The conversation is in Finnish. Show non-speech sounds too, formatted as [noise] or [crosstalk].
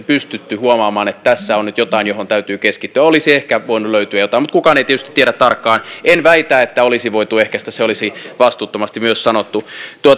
[unintelligible] pystytty huomaamaan että tässä on nyt jotain johon täytyy keskittyä olisi ehkä voinut löytyä jotain mutta kukaan ei tietysti tiedä tarkkaan en väitä että olisi voitu ehkäistä se olisi vastuuttomasti myös sanottu